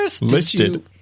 listed